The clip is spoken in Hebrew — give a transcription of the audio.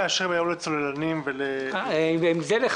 ואם יהיו בחירות פעם שלישית?